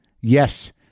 yes